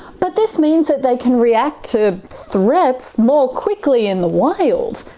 but this means they can react to threats more quickly in the wild.